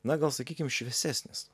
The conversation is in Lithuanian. na gal sakykim šviesesnis